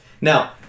Now